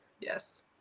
Yes